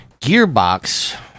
gearbox